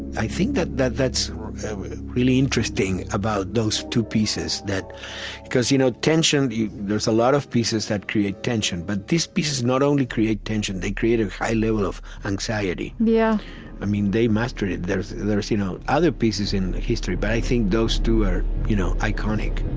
i think that that that's really interesting about those two pieces that because you know tension there's a lot of pieces that create tension. but these pieces not only create tension they create a high level of anxiety yeah i mean, they mastered it. there's there's you know other pieces in history, but i think those two are you know iconic